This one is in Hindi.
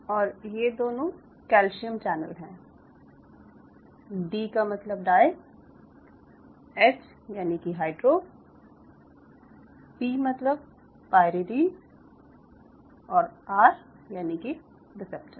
और ये दोनों कैल्शियम चैनल हैं डी का मतलब डाई एच यानि कि हाइड्रो पी मतलब पायरीडीन और आर यानि कि रिसेप्टर